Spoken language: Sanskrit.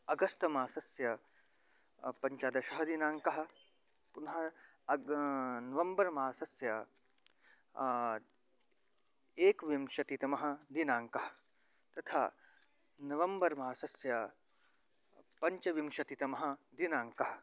अगस्त्मासस्य पञ्चदशः दिनाङ्कः पुनः अग् नवम्बर्मासस्य एकविंशतितमः दिनाङ्कः तथा नवम्बर्मासस्य पञ्चविंशतितमः दिनाङ्कः